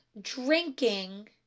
drinking